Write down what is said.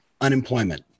unemployment